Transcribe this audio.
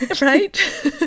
right